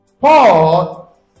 paul